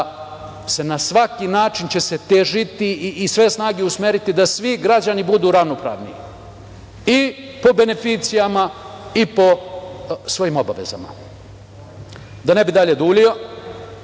se na svaki način težiti i sve snage usmeriti da svi građani budu ravnopravni i po beneficijama i po svojim obavezama. Da ne bi dalje dužio,